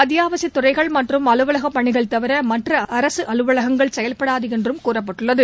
அத்தியாவசியதுறைகள் மற்றும் அலுவலகப் பணிகள் தவிரமற்றஅரசுஅலுவலகங்கள் செயல்படாதுஎன்றும் கூறப்பட்டுள்ளது